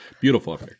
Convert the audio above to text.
Beautiful